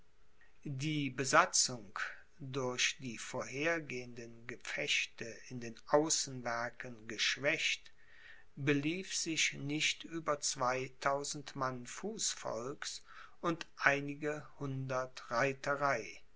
die besatzung durch die vorhergehenden gefechte in den außenwerken geschwächt belief sich nicht über zweitausend mann fußvolks und einige